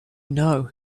know